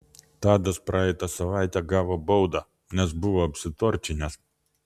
tadas praeitą savaitę gavo baudą nes buvo apsitorčinęs